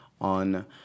on